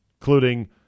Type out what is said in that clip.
including